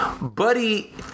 Buddy